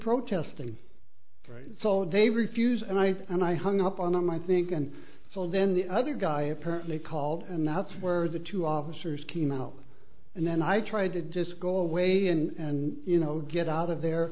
protesting so they refuse and i and i hung up on them i think and so then the other guy apparently called and nuts were the two officers came out and then i tried to just go away and you know get out of there